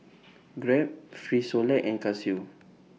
Grab Frisolac and Casio